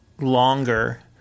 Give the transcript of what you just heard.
longer